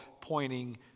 pointing